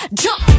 jump